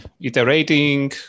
iterating